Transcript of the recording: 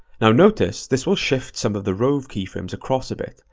now notice, this will shift some of the rove keyframes across a bit,